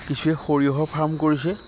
কিছুৱে সৰিয়হৰ ফাৰ্ম কৰিছে